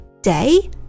day